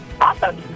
Awesome